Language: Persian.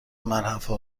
ملحفه